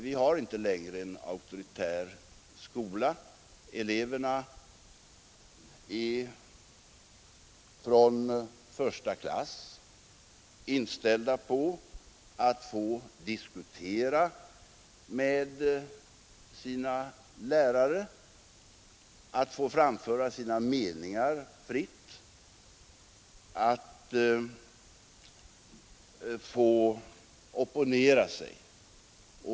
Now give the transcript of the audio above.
Vi har inte längre en skola. Eleverrn med sina lärare, att få framföra sina meningar fritt, att få opponera sig.